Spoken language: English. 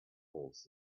horse